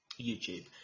YouTube